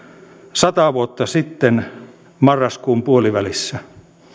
sata vuotta sitten marraskuun puolivälissä